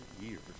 years